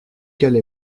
qu’elle